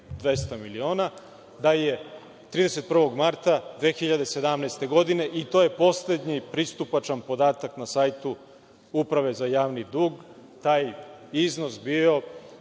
200 miliona, da je 31. marta 2017. godine, i to je poslednji pristupačan podatak na sajtu Uprave za javni dug, taj iznos bio